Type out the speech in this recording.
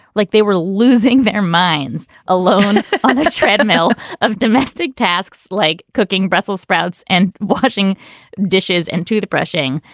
like they were losing their minds alone on the treadmill of domestic tasks like cooking brussels sprouts and washing dishes and to the brushing.